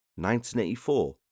1984